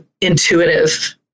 intuitive